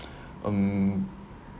um